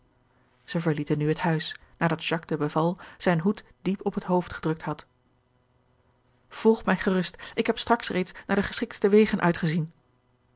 zij verlieten nu het huis nadat jacques de beval zijn hoed diep op het hoofd gedrukt had volg mij gerust ik heb straks reeds naar de geschiktste wegen uitgezien